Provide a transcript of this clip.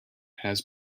has